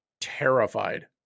terrified